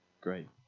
great